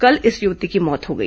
कल इस युवती की मौत हो गई